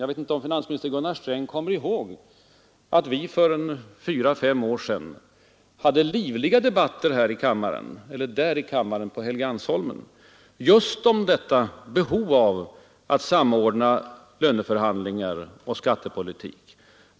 Jag vet inte om finansminister Gunnar Sträng kommer ihåg att vi för fyra fem år sedan förde livliga debatter på Helgeandsholmen just om behovet av att samordna löneförhandlingar och skattepolitik.